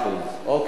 תודה רבה.